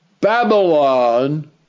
Babylon